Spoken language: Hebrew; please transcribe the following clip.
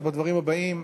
אז בדברים הבאים,